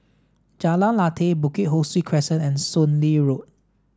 Jalan Lateh Bukit Ho Swee Crescent and Soon Lee Road